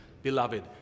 beloved